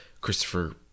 christopher